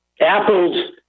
Apple's